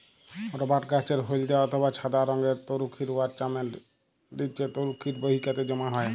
রবাট গাহাচের হইলদ্যা অথবা ছাদা রংয়ের তরুখির উয়ার চামের লিচে তরুখির বাহিকাতে জ্যমা হ্যয়